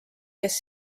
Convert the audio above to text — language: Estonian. kes